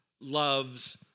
loves